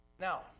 Now